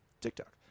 TikTok